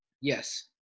Yes